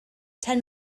ten